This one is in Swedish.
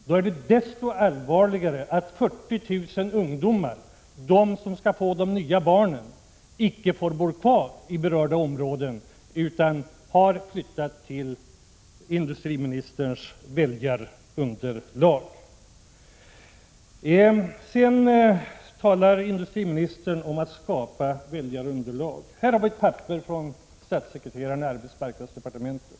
Men då är det desto allvarligare att 40 000 ungdomar — de som skall föda de kommande barnen — icke får bo kvar i dessa områden utan har fått flytta till det område där industriministerns väljarunderlag finns. Apropå industriministerns tal om väljarunderlag: Jag har här ett papper från statssekreteraren i arbetsmarknadsdepartementet.